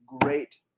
great